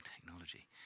technology